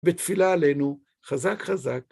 ותפילה עלינו חזק חזק.